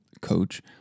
coach